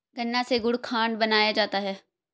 गन्ना से गुड़ खांड बनाया जाता है